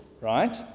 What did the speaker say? right